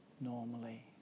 normally